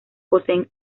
poseen